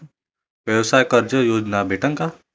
व्यवसाय कर्ज योजना भेटेन का?